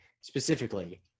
specifically